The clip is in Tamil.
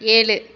ஏழு